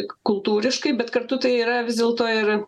kultūriškai bet kartu tai yra vis dėlto ir